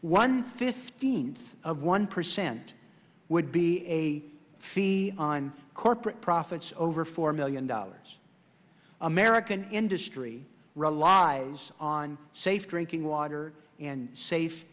one fifteenth of one percent would be a fee on corporate profits over four million dollars american industry relies on safe drinking water and safe